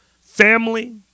family